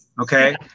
okay